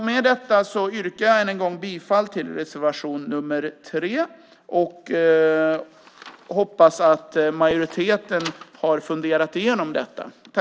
Med detta yrkar jag bifall till reservation nr 3 och hoppas att majoriteten har funderat igenom detta.